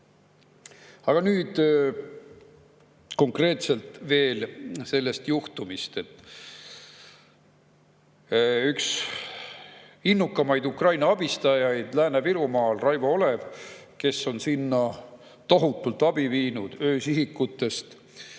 Aga nüüd konkreetselt sellest juhtumist. Üks innukamaid Ukraina abistajaid Lääne-Virumaal on Raivo Olev, kes on [Ukrainasse] tohutult abi viinud, öösihikutest